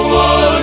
one